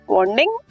Bonding